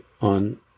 on